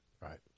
Right